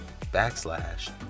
backslash